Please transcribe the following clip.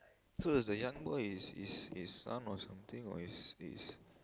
so is the young boy is is his son or something or is is